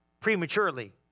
prematurely